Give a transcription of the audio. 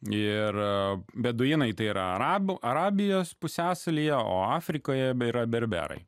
ir beduinai tai yra arabų arabijos pusiasalyje o afrikoje bei yra berberai